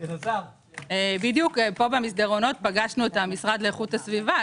פה במסדרונות פגשנו את המשרד לאיכות הסביבה,